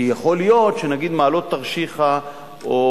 כי יכול להיות שמעלות תרשיחא למשל,